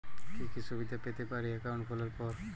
কি কি সুবিধে পেতে পারি একাউন্ট খোলার পর?